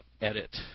edit